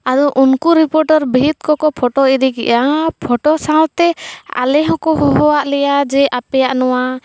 ᱟᱫᱚ ᱩᱱᱠᱩ ᱨᱤᱯᱳᱴᱟᱨ ᱵᱷᱤᱛ ᱠᱚᱠᱚ ᱯᱷᱳᱴᱳ ᱤᱫᱤ ᱠᱮᱜᱼᱟ ᱯᱷᱳᱴᱳ ᱥᱟᱶᱛᱮ ᱟᱞᱮ ᱦᱚᱸᱠᱚ ᱦᱚᱦᱚᱣᱟᱜ ᱞᱮᱭᱟ ᱡᱮ ᱟᱯᱮᱭᱟᱜ ᱱᱚᱣᱟ